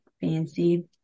fancy